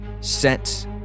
set